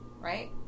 right